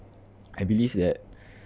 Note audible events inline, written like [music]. I believe that [breath]